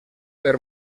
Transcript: per